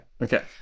okay